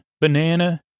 banana